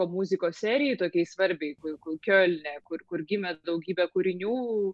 muzikos serijai tokiai svarbiai ku kur kiolne kur kur gimė daugybė kūrinių